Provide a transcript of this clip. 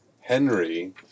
Henry